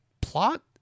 plot